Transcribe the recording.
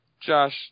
Josh